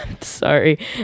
Sorry